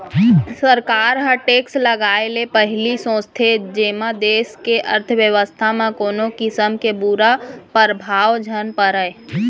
सरकार ह टेक्स लगाए ले पहिली सोचथे जेमा देस के अर्थबेवस्था म कोनो किसम के बुरा परभाव झन परय